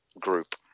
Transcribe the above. group